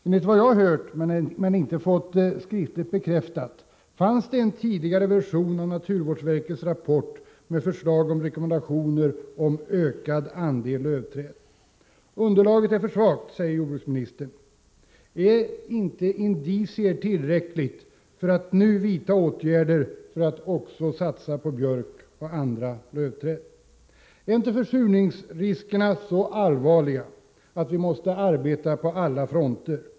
Enligt vad jag har hört, men inte fått skriftligt bekräftat, fanns det en tidigare version av naturvårdsverkets rapport med förslag om rekommendationer om ökad andel lövträd. Underlaget är för svagt, säger alltså jordbruksministern. Är inte indicier tillräckligt för att nu vidta åtgärder för att också satsa på björk och andra lövträd? Är inte försurningsriskerna så allvarliga att vi måste arbeta på alla fronter?